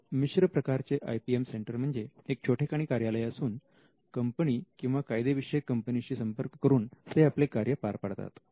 तर मिश्र प्रकाराचे आय पी एम सेंटर म्हणजे एक छोटेखानी कार्यालय असून कंपनी किंवा कायदेविषयक कंपनीशी संपर्क करून ते आपले कार्य पार पाडतात